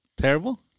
terrible